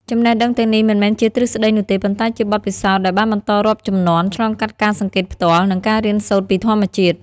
ចំណេះដឹងទាំងនេះមិនមែនជាទ្រឹស្តីនោះទេ ប៉ុន្តែជាបទពិសោធន៍ដែលបានបន្តរាប់ជំនាន់ ឆ្លងកាត់ការសង្កេតផ្ទាល់ និងការរៀនសូត្រពីធម្មជាតិ។